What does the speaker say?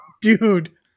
dude